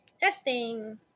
Testing